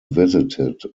visited